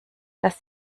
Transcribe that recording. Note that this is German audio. dass